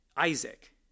Isaac